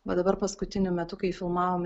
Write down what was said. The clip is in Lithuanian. va dabar paskutiniu metu kai filmavom